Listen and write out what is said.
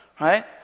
right